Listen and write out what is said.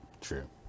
True